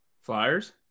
Flyers